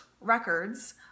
records